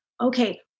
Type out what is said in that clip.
okay